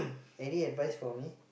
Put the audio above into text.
any advice for me